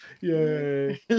yay